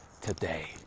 today